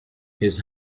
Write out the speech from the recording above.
his